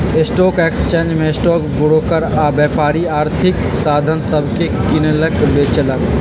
stock exchange में stock broker आऽ व्यापारी आर्थिक साधन सभके किनलक बेचलक